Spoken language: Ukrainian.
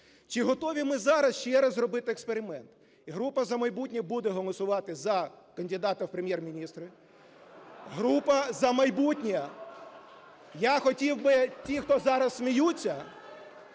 Чи готові ми зараз ще раз зробити експеримент? Група "За майбутнє" буде голосувати за кандидата в Прем'єр-міністри. Група "За майбутнє"… (Шум у залі) Я хотів би тих, хто зараз сміються.